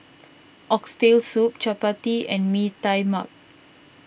Oxtail Soup Chappati and Mee Tai Mak